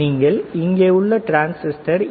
நீங்கள் இங்கே உங்கள் டிரான்சிஸ்டர் என்